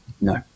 No